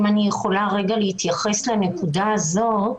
אם אני יכולה להתייחס לנקודה הזאת.